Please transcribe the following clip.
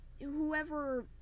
whoever